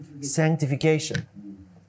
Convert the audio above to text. sanctification